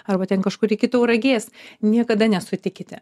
arba ten kažkur iki tauragės niekada nesutikite